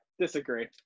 Disagree